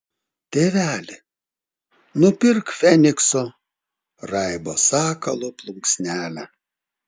tėveli nupirk fenikso raibo sakalo plunksnelę